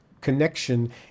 connection